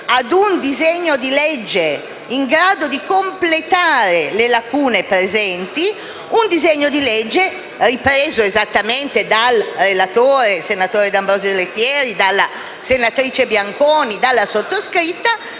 a un disegno di legge in grado di completare le lacune presenti - un disegno di legge ripreso esattamente dal relatore, senatore D'Ambrosio Lettieri, dalla senatrice Bianconi e dalla sottoscritta